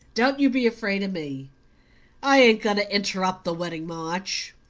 don't you be afraid of me i ain't going to interrupt the wedding march.